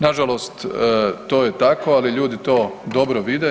Nažalost to je tako, ali ljudi to dobro vide.